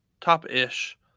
top-ish